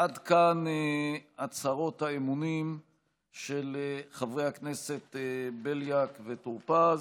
עד כאן הצהרות האמונים של חברי הכנסת בליאק וטור פז.